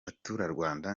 baturarwanda